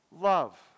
love